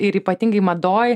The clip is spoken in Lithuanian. ir ypatingai madoj